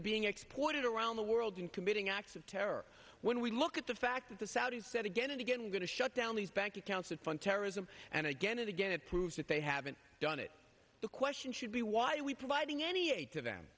are being exported around the world in committing acts of terror when we look at the fact that the saudis said again and again we're going to shut down these bank accounts that fund terrorism and again and again it proves that they haven't done it the question should be why are we providing any aid to them